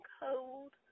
cold